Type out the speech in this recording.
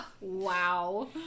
Wow